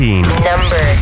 number